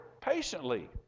patiently